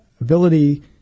ability